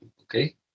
okay